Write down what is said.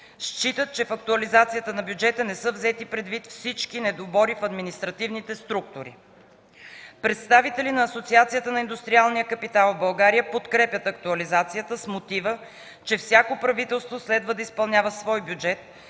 Считат, че в актуализацията на бюджета не са взети предвид всички недобори в административните структури. Представители на Асоциацията на индустриалния капитал в България подкрепят актуализацията с мотива, че всяко правителство следва да изпълнява свой бюджет,